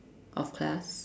of class